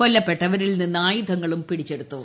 കൊല്ലപ്പെട്ടവരിൽ നിന്ന് ആയുധങ്ങളും പിടിച്ചെടുത്തു